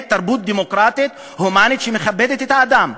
תרבות דמוקרטית הומנית שמכבדת את האדם.